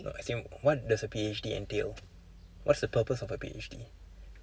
as in what does a P_H_D entail what's the purpose of a P_H_D